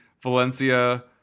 Valencia